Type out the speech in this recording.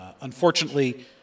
Unfortunately